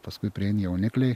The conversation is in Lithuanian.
paskui jaunikliai